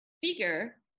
figure